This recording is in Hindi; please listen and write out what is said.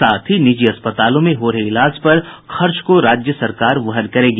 साथ ही निजी अस्पतालों में हो रहे इलाज पर खर्च को राज्य सरकार वहन करेगी